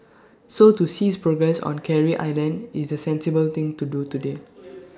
so to cease progress on Carey island is the sensible thing to do today